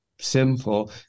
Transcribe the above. simple